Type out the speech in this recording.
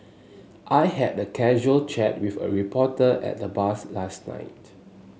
I had a casual chat with a reporter at the bars last night